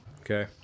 Okay